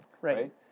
Right